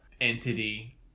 entity